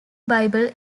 bible